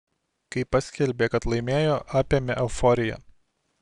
kai paskelbė kad laimėjo apėmė euforija